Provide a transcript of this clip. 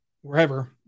wherever